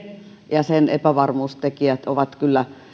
ja sen epävarmuustekijät ovat kyllä